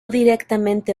directamente